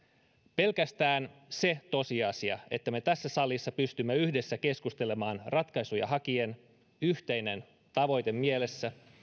pelkästään se tosiasia että me tässä salissa pystymme yhdessä keskustelemaan ratkaisuja hakien yhteinen tavoite mielessä